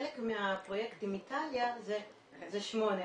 חלק מהפרויקט עם איטליה זה 8,